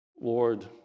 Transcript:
Lord